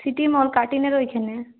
city mall কাটিঙের ওইখানে